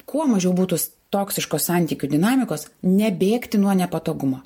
kuo mažiau būtųs toksiškos santykių dinamikos nebėgti nuo nepatogumo